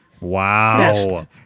Wow